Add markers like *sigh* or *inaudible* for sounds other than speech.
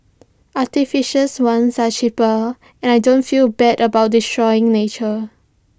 artificial *noise* ones are cheaper and I don't feel bad about destroying nature